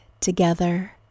together